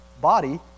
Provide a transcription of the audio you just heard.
body